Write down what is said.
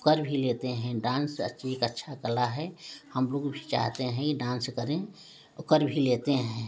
कर भी लेते है डांस अच्छी एक अच्छा कला है हम लोग भी चाहते है ये डांस करें और कर भी लेते हैं